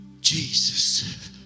Jesus